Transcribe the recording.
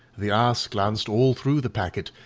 the ass glanced all through the packet,